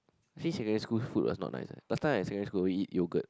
actually secondary school food was not nice eh last time I secondary school would eat yogurt